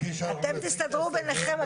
אפשר להצביע כדי לצבור זמן.